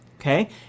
okay